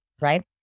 Right